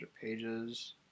Pages